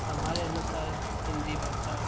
हमारे अनुसार हिंदी भाषा